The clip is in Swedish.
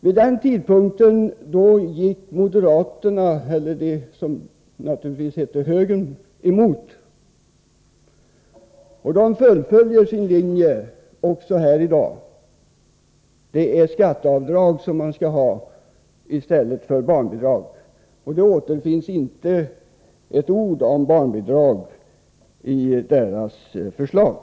Vid den tidpunkten gick moderaterna, som då hette högern, emot, och de fullföljer sin linje också här i dag. Det är skatteavdrag man skall ha i stället för barnbidrag. Det återfinns inte ett ord om barnbidrag i deras förslag.